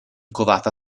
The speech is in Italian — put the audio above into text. covata